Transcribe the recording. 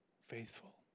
faithful